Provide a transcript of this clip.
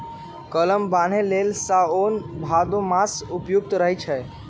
कलम बान्हे लेल साओन भादो मास उपयुक्त रहै छै